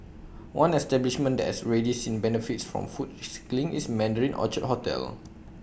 one establishment that has already seen benefits from food recycling is Mandarin Orchard hotel